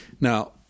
Now